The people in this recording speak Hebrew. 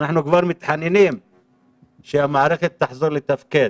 אנחנו כבר מתחננים שהמערכת תחזור לתפקד.